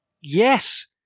Yes